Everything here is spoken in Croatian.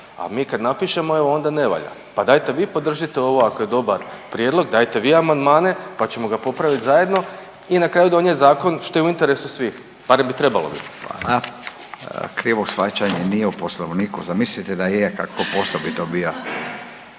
a mi kad napišemo evo onda ne valja. Pa dajte vi podržite ovo ako je dobar prijedlog, dajte vi amandmane pa ćemo ga popraviti zajedno i na kraju donijeti zakon što je u interesu svih, barem bi trebalo biti. **Radin, Furio (Nezavisni)** Hvala. Krivo shvaćanje nije u Poslovniku, zamislite da je kakav posao bi to bio.